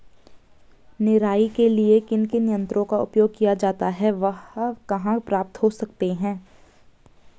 निराई के लिए किन किन यंत्रों का उपयोग किया जाता है वह कहाँ प्राप्त हो सकते हैं?